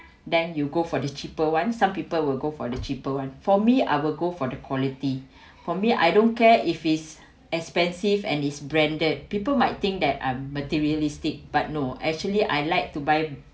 then you go for the cheaper [one] some people will go for the cheaper [one] for me I will go for the quality for me I don't care if it's expensive and is branded people might think that I'm materialistic but no actually I like to buy